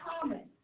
common